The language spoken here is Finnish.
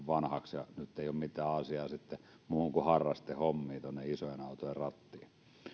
vanhaksi ja nyt ei ole mitään asiaa sitten muuhun kuin harrastehommiin tuonne isojen autojen rattiin